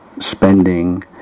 spending